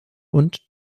und